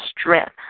strength